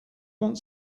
want